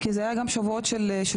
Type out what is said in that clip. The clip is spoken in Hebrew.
כי אלה היו גם שבועות של הפגנות,